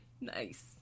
Nice